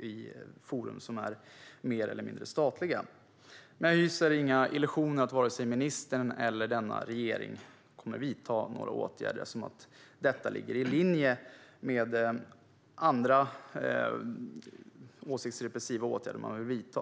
i forum som är mer eller mindre statliga. Men jag hyser inga illusioner om att vare sig ministern eller regeringen kommer att vidta några åtgärder, eftersom detta ligger i linje med andra åsiktsrepressiva åtgärder som man vill vidta.